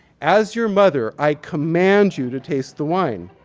as your mother, i command you to taste the wine